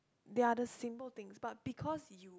they are the simple things but because you